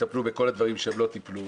שיטפלו בכל הדברים שהם לא טיפלו,